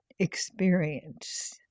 experience